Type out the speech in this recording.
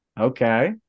Okay